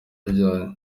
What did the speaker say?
ajyanye